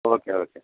okay okay